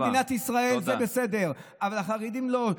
אנטי מדינת ישראל, זה בסדר, אבל לחרדים לא.